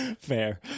fair